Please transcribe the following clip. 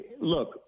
look